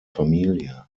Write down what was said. familie